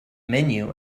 menu